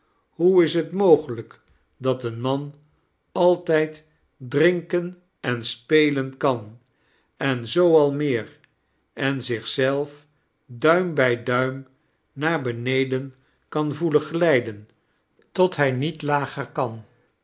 hoe is t m'ogelijk dat een man altijd drinken en spelen kan em zoo al meer en zich zelf duim bij duim naar beneden kan voelen glijden tot iiij niet lager kan